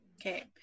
Okay